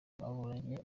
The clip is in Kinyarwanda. baburanye